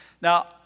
Now